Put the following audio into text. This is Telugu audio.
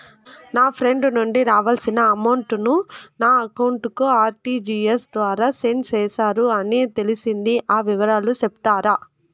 నా ఫ్రెండ్ నుండి రావాల్సిన అమౌంట్ ను నా అకౌంట్ కు ఆర్టిజియస్ ద్వారా సెండ్ చేశారు అని తెలిసింది, ఆ వివరాలు సెప్తారా?